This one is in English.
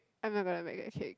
I'm not gonna make a cake